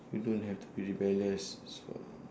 you don't have to be rebellious so